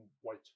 white